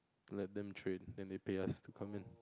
let them trade then they pay us to come in